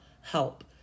help